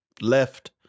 left